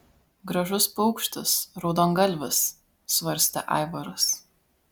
gražus paukštis raudongalvis svarstė aivaras